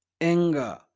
Anger